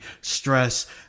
stress